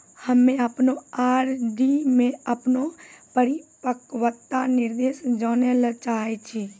हम्मे अपनो आर.डी मे अपनो परिपक्वता निर्देश जानै ले चाहै छियै